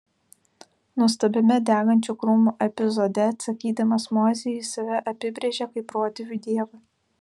nuostabiame degančio krūmo epizode atsakydamas mozei jis save apibrėžia kaip protėvių dievą